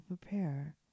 prepare